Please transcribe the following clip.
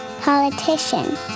Politician